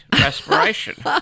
respiration